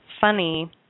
funny